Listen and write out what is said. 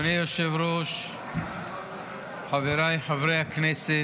אדוני היושב-ראש, חבריי חברי הכנסת,